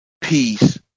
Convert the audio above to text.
peace